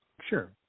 Sure